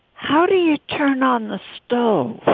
how do you turn on the stones?